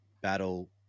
battle